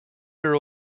year